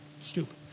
Stupid